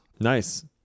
Nice